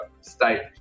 state